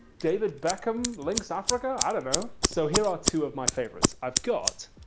david beckham? lynx africa? i dunno! so, here are two of my favorites! i've got